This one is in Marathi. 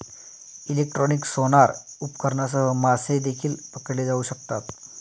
इलेक्ट्रॉनिक सोनार उपकरणांसह मासे देखील पकडले जाऊ शकतात